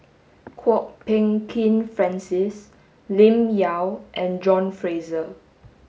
Kwok Peng Kin Francis Lim Yau and John Fraser